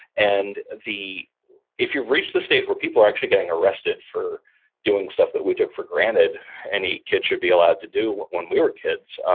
and if you've reached the stage where people are actually getting arrested for doing stuff that we took for granted any kid should be allowed to do when we were kids,